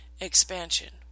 expansion